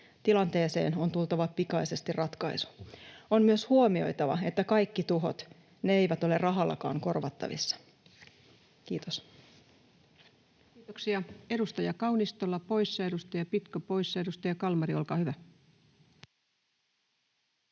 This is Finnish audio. Tilanteeseen on tultava pikaisesti ratkaisu. On myös huomioitava, että kaikki tuhot eivät ole rahallakaan korvattavissa. — Kiitos. Kiitoksia. — Edustaja Kaunistola poissa, edustaja Pitko poissa. — Edustaja Kalmari, olkaa hyvä.